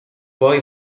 poi